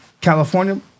California